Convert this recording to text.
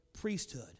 priesthood